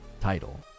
title